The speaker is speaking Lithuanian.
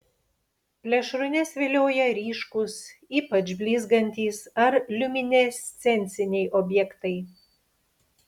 plėšrūnes vilioja ryškūs ypač blizgantys ar liuminescenciniai objektai